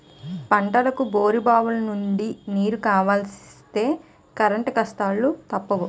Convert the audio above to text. పంటలకు బోరుబావులనుండి నీరు కావలిస్తే కరెంటు కష్టాలూ తప్పవు